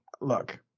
look